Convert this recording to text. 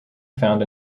found